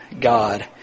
God